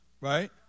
Right